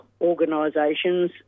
organisations